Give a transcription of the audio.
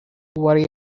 worry